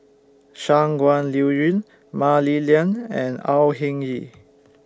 Shangguan Liuyun Mah Li Lian and Au Hing Yee